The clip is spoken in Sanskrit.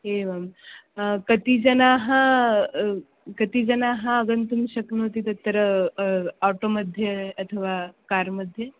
एवं कति जनाः कति जनाः आगन्तुं शक्नोति तत्र आटो मध्ये अथवा कार् मध्ये